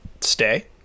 Stay